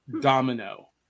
Domino